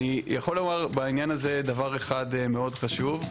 אני יכול לומר בעניין הזה דבר אחד מאוד חשוב,